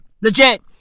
Legit